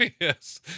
yes